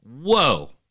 Whoa